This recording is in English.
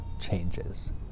changes